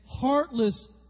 heartless